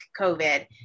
COVID